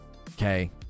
Okay